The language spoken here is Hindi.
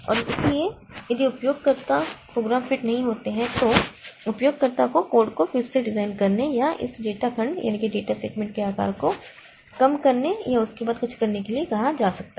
और इसलिए यदि कुछ उपयोगकर्ता प्रोग्राम फिट नहीं होते हैं तो उपयोगकर्ता को कोड को फिर से डिज़ाइन करने या इस डेटा खंड के आकार को कम करने या उसके बाद कुछ करने के लिए कहा जा सकता है